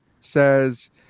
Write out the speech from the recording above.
says